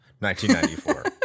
1994